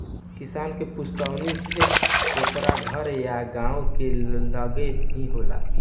किसान के पुस्तैनी खेत ओकरा घर या गांव के लगे ही होला